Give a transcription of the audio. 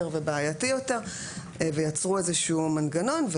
ובעייתי יותר ויצרו איזה שהוא מנגנון.